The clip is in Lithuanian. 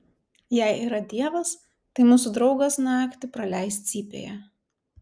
jei yra dievas tai mūsų draugas naktį praleis cypėje